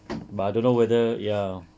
but I don't know whether ya